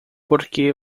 porque